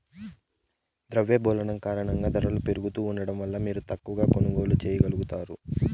ద్రవ్యోల్బణం కారణంగా దరలు పెరుగుతా ఉండడం వల్ల మీరు తక్కవ కొనుగోల్లు చేయగలుగుతారు